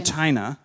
China